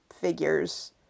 figures